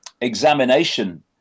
examination